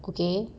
okay